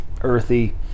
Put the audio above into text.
earthy